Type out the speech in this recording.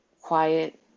quiet